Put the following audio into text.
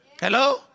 Hello